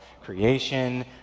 creation